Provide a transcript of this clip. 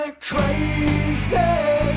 crazy